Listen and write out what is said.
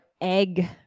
egg